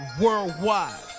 Worldwide